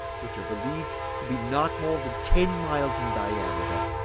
which are believed to be not more than ten miles in diameter,